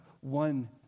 one